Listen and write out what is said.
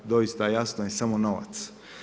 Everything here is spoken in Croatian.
Doista jasno je, samo novac.